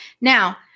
now